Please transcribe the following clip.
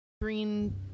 green